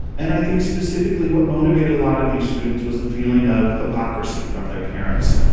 and i think specifically what motivated a lot of these students was a feeling of hypocrisy from their parents,